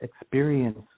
experience